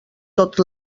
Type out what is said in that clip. tot